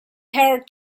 her